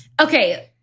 Okay